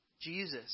Jesus